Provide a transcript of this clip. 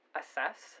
assess